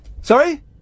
Sorry